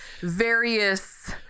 various